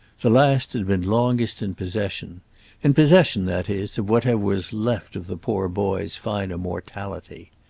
the last had been longest in possession in possession, that is, of whatever was left of the poor boy's finer mortality.